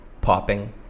popping